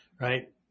Right